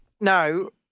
No